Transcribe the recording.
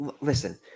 listen